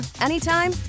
anytime